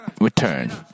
return